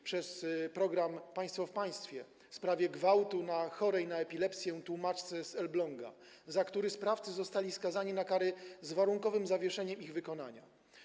Chodzi o program „Państwo w państwie” w sprawie gwałtu na chorej na epilepsję tłumaczce z Elbląga, za który sprawcy zostali skazani na kary z warunkowym zawieszeniem ich wykonania.